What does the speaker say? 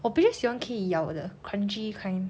我比较喜欢可以咬的 crunchy kind